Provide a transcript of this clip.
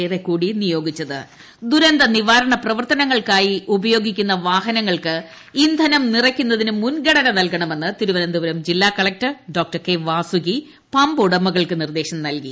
ട്ടടടടടടടടടടടടടട ഇന്ധന നിയന്ത്രണം ദുരന്ത നിവാരണ പ്രവർത്തനങ്ങൾക്കായി ഉപയോഗിക്കുന്ന വാഹനങ്ങൾക്ക് ഇന്ധനം നിറയ്ക്കുന്നതിന് മുൻഗണന നൽകണമെന്ന് തിരുവനന്തപുരം ജില്ലാകളക്ടർ ഡോ കെ വാസുകി പമ്പ് ഉടമകൾക്ക് നിർദ്ദേശം നൽകി